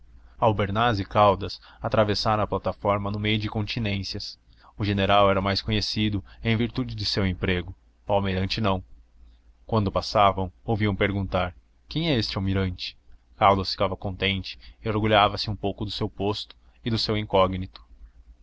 e caldas atravessaram a plataforma no meio de continências o general era mais conhecido em virtude de seu emprego o almirante não quando passavam ouviam perguntar quem é este almirante caldas ficava contente e orgulhava se um pouco do seu posto e do seu incógnito